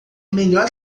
melhor